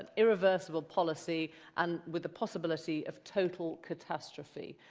irreversible policy and with a possibility of total catastrophe.